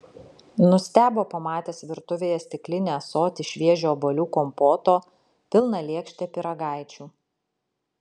nustebo pamatęs virtuvėje stiklinį ąsotį šviežio obuolių kompoto pilną lėkštę pyragaičių